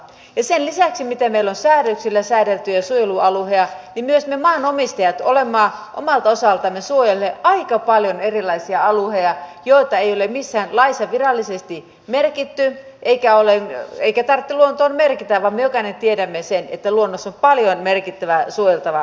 ja sen lisäksi mitä meillä on säädöksillä säädeltyjä suojelualueita myös me maanomistajat olemme omalta osaltamme suojelleet aika paljon erilaisia alueita joita ei ole missään laissa virallisesti merkitty eikä tarvitse luontoon merkitä vaan me jokainen tiedämme sen että luonnossa on paljon merkittävää suojeltavaa aluetta